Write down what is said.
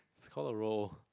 it's called the roar